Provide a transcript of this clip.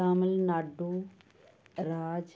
Tamil Nadu Raj